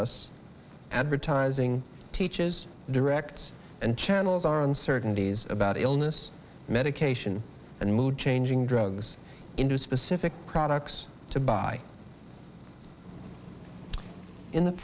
us advertising teaches directs and channels our uncertainties about illness medication and mood changing drugs into specific products to buy in the